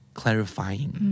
clarifying